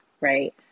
right